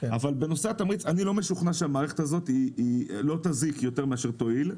אבל בנושא התמריץ אני לא משוכנע שהמערכת הזאת לא תזיק יותר מאשר תועיל,